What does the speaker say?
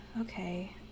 okay